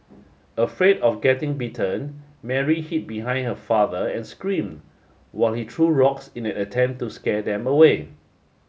afraid of getting bitten Mary hid behind her father and scream while he true rocks in an attempt to scare them away